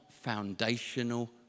foundational